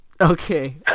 Okay